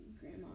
grandma